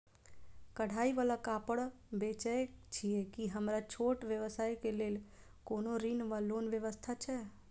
कढ़ाई वला कापड़ बेचै छीयै की हमरा छोट व्यवसाय केँ लेल कोनो ऋण वा लोन व्यवस्था छै?